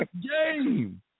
game